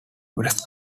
wes